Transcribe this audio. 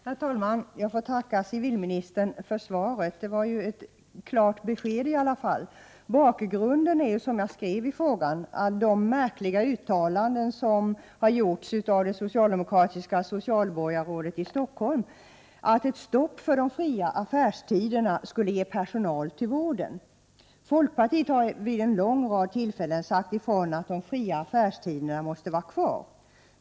Herr talman! Jag får tacka civilministern för svaret. Det var i alla fall ett klart besked. Bakgrunden är, vilket framkommer i min fråga, det märkliga uttalande som har gjorts av det socialdemokratiska socialborgarrådet i Stockholm om att ett stopp för de fria affärstiderna skulle ge personal till vården. Folkpartiet har vid en lång rad tillfällen poängterat att de fria affärstiderna måste vara kvar.